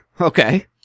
Okay